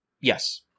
Yes